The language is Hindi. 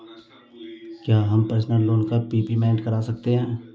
क्या हम पर्सनल लोन का प्रीपेमेंट कर सकते हैं?